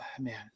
man